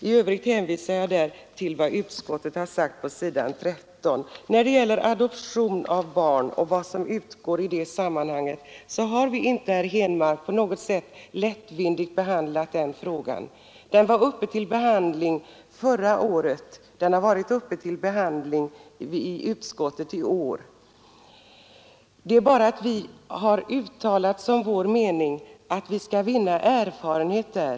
I övrigt hänvisar jag till vad utskottet har anfört på 13 När det gäller adoption av barn och den ersättning som utgår i det sammanhanget, herr Henmark, har vi inte på något sätt lättvindigt behandlat detta i utskottet. Frågan var uppe till behandling förra året, och den har varit uppe till behandling i utskottet också i år. Vi har uttalat som vår mening att vi vill vinna erfarenheter.